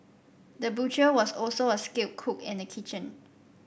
the butcher was also a skilled cook in the kitchen